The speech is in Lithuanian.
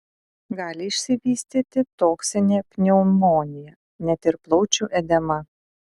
gali išsivystyti toksinė pneumonija net ir plaučių edema